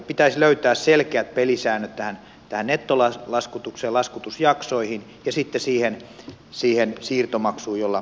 pitäisi löytää selkeät pelisäännöt tähän nettolaskutukseen laskutusjaksoihin ja sitten siihen siirtomaksuun jolla sähköä verkkoon myydään